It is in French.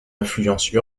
influence